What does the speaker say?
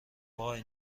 وای